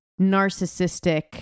narcissistic